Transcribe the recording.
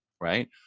right